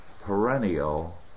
perennial